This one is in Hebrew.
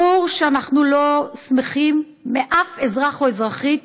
ברור שאנחנו לא שמחים מאף אזרח או אזרחית